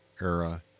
era